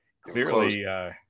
clearly